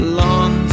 long